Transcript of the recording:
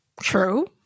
True